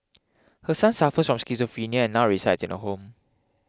her son suffers on schizophrenia and now resides in a home